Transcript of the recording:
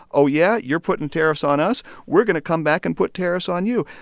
oh, yeah? you're putting tariffs on us? we're going to come back and put tariffs on you.